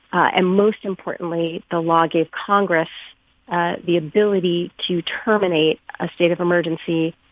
and most importantly, the law gave congress the ability to terminate a state of emergency.